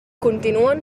continuen